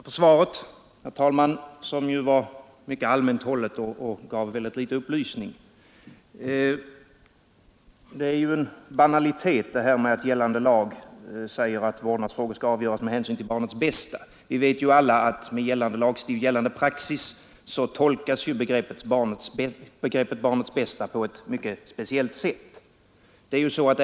Herr talman! Jag tackar för svaret som var mycket allmänt hållet och gav föga upplysning. Det är en banalitet att gällande lag säger att vårdnadsfrågor skall avgöras med hänsyn till barnets bästa. Vi vet alla att med gällande praxis tolkas begreppet barnets bästa på ett mycket speciellt sätt.